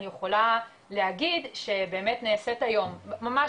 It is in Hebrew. אני יכולה להגיד שבאמת נעשית היום ממש